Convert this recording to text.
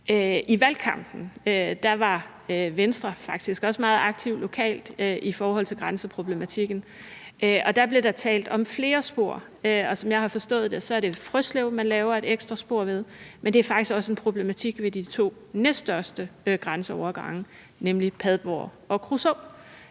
I valgkampen var Venstre faktisk også meget aktive lokalt i forhold til grænseproblematikken, og der blev der talt om flere spor, og som jeg har forstået det, er det Frøslev, man laver et ekstra spor ved, men det er faktisk også en problematik ved de to næststørste grænseovergange, nemlig Padborg og Kruså.